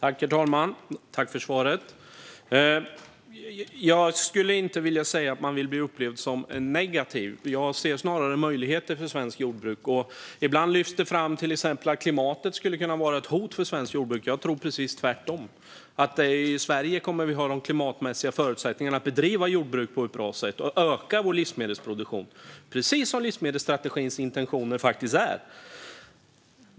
Herr talman! Jag vill tacka för svaret. Material och produkter avsedda att komma i kontakt med livsmedel Jag vill inte att vi ska upplevas som negativa. Jag ser snarare möjligheter för svenskt jordbruk. Ibland lyfts det till exempel fram att klimatet skulle kunna vara ett hot mot svenskt jordbruk. Jag tror precis tvärtom, att vi i Sverige kommer att ha de klimatmässiga förutsättningarna för att bedriva jordbruk på ett bra sätt och öka vår livsmedelsproduktion, precis som intentionerna är i livsmedelsstrategin.